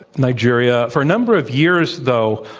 nigeria. for a number of years, though,